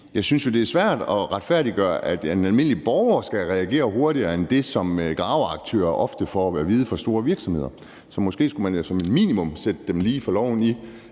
jo synes, det er svært at retfærdiggøre, at en almindelig borger skal reagere hurtigere end det, som graveaktører ofte får at vide fra store virksomheder. Så måske skulle man som minimum stille dem, så de er lige for loven,